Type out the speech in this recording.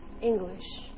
English